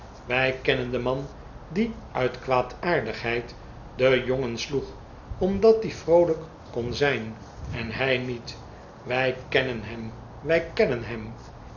wij kennen den man die uit kwaadaardigheid den jongen sloeg omdat die vroolijk kon zijn en hij niet wij kennen hem wij kennen hem